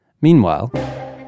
Meanwhile